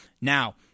Now